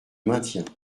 maintiens